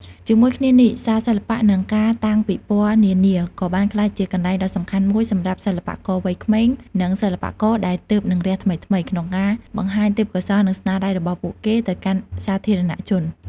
ជាមួយគ្នានេះ សាលសិល្បៈ និងការតាំងពិពណ៌នានា ក៏បានក្លាយជាកន្លែងដ៏សំខាន់មួយសម្រាប់សិល្បករវ័យក្មេង និងសិល្បករដែលទើបនឹងរះថ្មីៗ ក្នុងការបង្ហាញទេពកោសល្យ និងស្នាដៃរបស់ពួកគេទៅកាន់សាធារណជន។